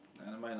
orh never mind lah